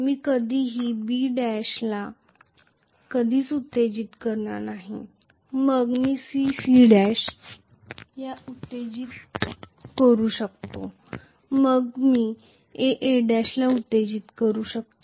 मी कधीही B B' ला कधीच उत्तेजित करणार नाही मग मी C C' ला उत्तेजित करू शकतो मग मी A A' ला उत्तेजित करू शकतो